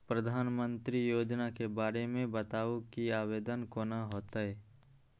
प्रधानमंत्री योजना के बारे मे बताबु की आवेदन कोना हेतै?